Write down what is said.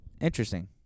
Interesting